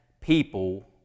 people